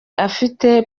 afite